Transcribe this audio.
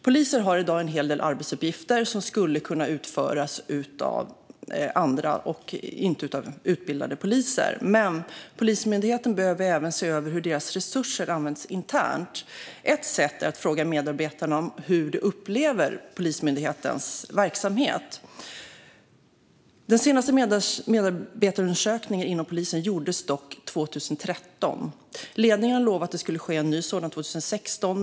Poliser har i dag en hel del arbetsuppgifter som skulle kunna utföras av andra än utbildade poliser. Polismyndigheten behöver även se över hur deras resurser används internt. Ett sätt är att fråga medarbetarna om hur de upplever Polismyndighetens verksamhet. Den senaste medarbetarundersökningen inom polisen gjordes dock 2013. Ledningen har lovat att det skulle ske en ny sådan 2016.